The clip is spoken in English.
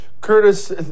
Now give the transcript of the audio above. Curtis